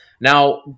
now